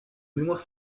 mémoire